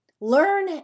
learn